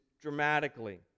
dramatically